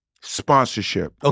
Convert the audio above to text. sponsorship